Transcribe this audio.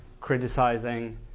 criticizing